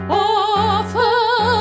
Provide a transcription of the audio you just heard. awful